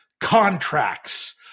contracts